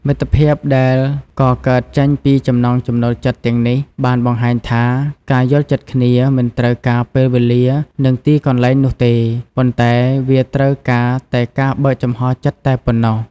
មិត្តភាពដែលកកើតចេញពីចំណង់ចំណូលចិត្តទាំងនេះបានបង្ហាញថា ការយល់ចិត្តគ្នាមិនត្រូវការពេលវេលានិងទីកន្លែងនោះទេ ប៉ុន្តែវាត្រូវការតែការបើកចំហរចិត្តតែប៉ុណ្ណោះ។